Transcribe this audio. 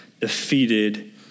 defeated